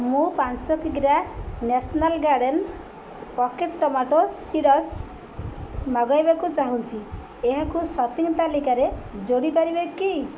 ମୁଁ ପାଞ୍ଚ କିଗ୍ରା national garden potted tomato seeds ମଗାଇବାକୁ ଚାହୁଁଛି ଏହାକୁ ସପିଙ୍ଗ ତାଲିକାରେ ଯୋଡ଼ି ପାରିବେ କି